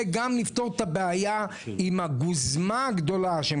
וגם נפתור את הבעיה עם הגוזמה הגדולה שהם